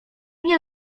nie